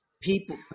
People